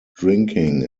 drinking